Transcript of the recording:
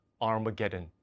armageddon